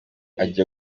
ajya